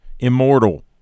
immortal